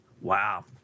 wow